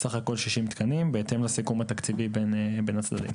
בהתאם לסיכום התקציבי בין הצדדים.